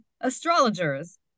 astrologers